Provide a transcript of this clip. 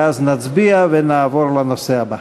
ואז נצביע ונעבור לנושא הבא.